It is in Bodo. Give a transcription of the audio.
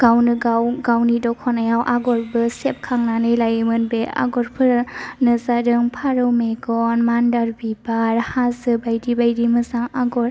गावनो गाव गावनि दख'नायाव आगरबो सेबखांनानै लायोमोन बे आगरफोरानो जादों फारौ मेगन मान्दार बिबार हाजो बायदि बायदि मोसा आगर